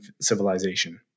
civilization